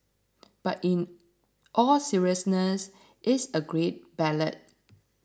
but in all seriousness it's a great ballad